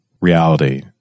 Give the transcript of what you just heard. reality